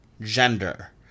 gender